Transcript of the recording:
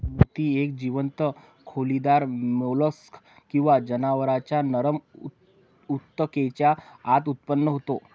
मोती एक जीवंत खोलीदार मोल्स्क किंवा जनावरांच्या नरम ऊतकेच्या आत उत्पन्न होतो